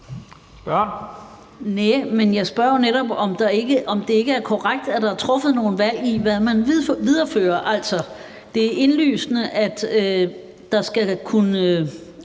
jeg spørger jo netop, om det ikke er korrekt, at der er truffet nogle valg, i forhold til hvad man viderefører. Altså, det er indlysende, at der skal kunne